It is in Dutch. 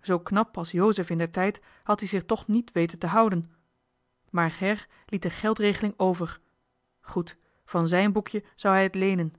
zoo knap als jozef indertijd had ie zich toch niet weten te houden maar her liet de geldregeling over goed van zijn boekje zou hij het leenen